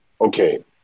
Okay